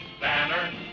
Banner